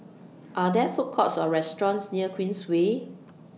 Are There Food Courts Or restaurants near Queensway